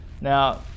Now